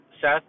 Seth